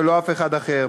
ולא אף אחד אחר.